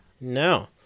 No